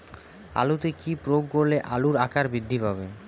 আলুতে কি প্রয়োগ করলে আলুর আকার বৃদ্ধি পাবে?